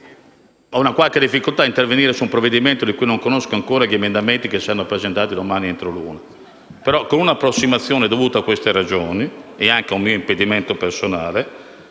ho una qualche difficoltà a intervenire su un provvedimento di cui non conosco gli emendamenti che saranno presentati domani entro le ore 13. Con un'approssimazione dovuta a queste ragioni e anche a un mio impedimento personale,